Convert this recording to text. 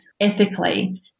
ethically